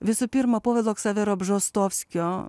visų pirma povilo ksavero bžostovskio